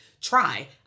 try